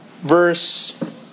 verse